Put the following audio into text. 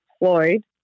employed